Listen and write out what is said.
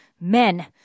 Men